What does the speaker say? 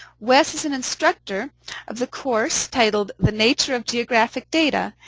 wes is an instructor of the course titled, the nature of geographic data.